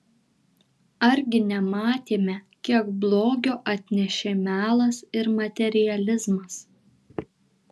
argi nematėme kiek blogio atnešė melas ir materializmas